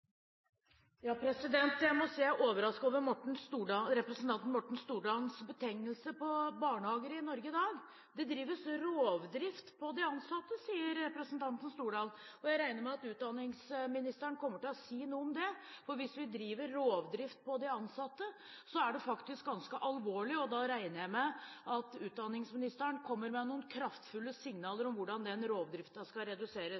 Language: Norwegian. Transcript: Jeg må si at jeg er overrasket over representanten Morten Stordalens betegnelse på barnehager i Norge i dag. Det drives «rovdrift» på de ansatte, sier representanten Stordalen. Jeg regner med at utdanningsministeren kommer til å si noe om det, for hvis vi driver rovdrift på de ansatte, er det faktisk ganske alvorlig, og da regner jeg med at utdanningsministeren kommer med noen kraftfulle signaler om hvordan den rovdriften skal reduseres.